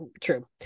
true